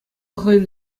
хӑйӗн